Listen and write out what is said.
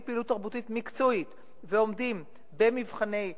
פעילות תרבותית מקצועית ועומדים במבחני התמיכה,